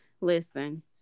listen